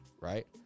right